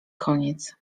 koniec